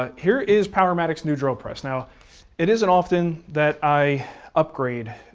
ah here is powermatic's new drill press. now it isn't often that i upgrade